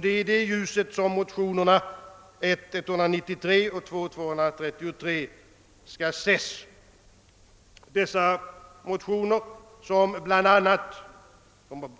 Det är i det ljuset som motionerna I:193 och II:223 bör ses. Dessa motioner, som bl.a. — de